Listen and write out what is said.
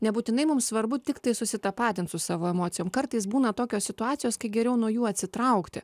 nebūtinai mums svarbu tiktai susitapatint su savo emocijom kartais būna tokios situacijos kai geriau nuo jų atsitraukti